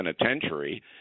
penitentiary